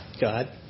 God